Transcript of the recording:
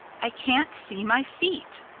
i can't see my feet!